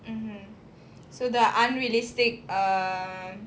mmhmm so there are unrealistic err